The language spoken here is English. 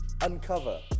Uncover